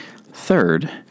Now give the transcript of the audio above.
Third